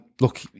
look